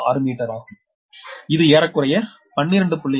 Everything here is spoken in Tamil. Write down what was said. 6 மீட்டர் ஆகும் இது ஏறக்குறைய 12